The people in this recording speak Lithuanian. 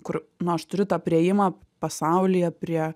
kur nu aš turiu tą priėjimą pasaulyje prie